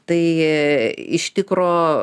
tai iš tikro